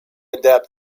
adapt